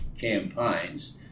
campaigns